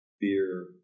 Beer